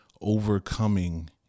overcoming